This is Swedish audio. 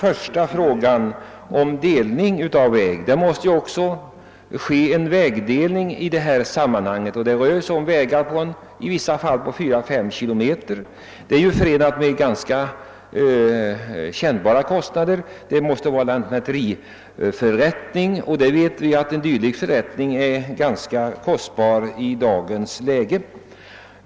I sådana exempel som jag här talat om måste det också göras en vägdelning. Ibland rör det sig om vägar på 4—5 kilometer. För en dylik vägdelning måste en lantmäteriförrättning göras, och sådana är i dag ganska kostsamma.